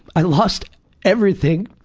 i lost everything,